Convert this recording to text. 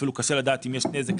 אפילו קשה לדעת אם יש נזק,